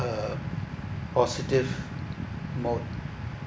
a positive mood